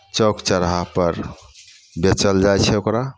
चौक चौराहापर बेचल जाइ छै ओकरा